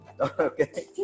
Okay